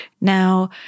Now